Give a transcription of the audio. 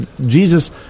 Jesus